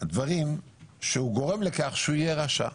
דברים שהוא גורם לכך שיהיה רשע.